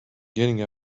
getting